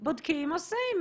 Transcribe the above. בודקים, עושים.